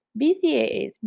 BCAAs